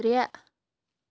ترٛےٚ